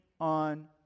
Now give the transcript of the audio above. on